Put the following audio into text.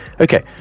Okay